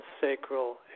sacral